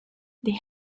they